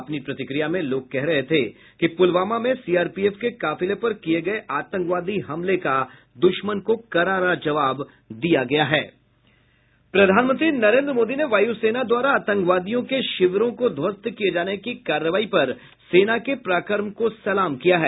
अपनी प्रतिक्रिया में लोग कह रहे थे कि पुलवामा में सीआरपीएफ के काफिले पर किये गये आतंकवादी हमले का दुश्मन को करारा जवाब दिया गया प्रधानमंत्री नरेन्द्र मोदी ने वायूसेना द्वारा आतंकवादियों के शिविरों को ध्वस्त किये की कार्रवाई पर सेना के पराक्रम को सलाम किया है